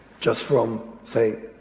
just from say,